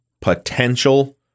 potential